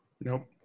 Nope